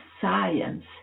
science